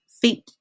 feet